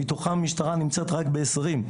ומתוכם המשטרה נמצאת רק ב-20.